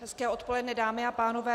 Hezké odpoledne dámy a pánové.